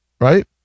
Right